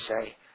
say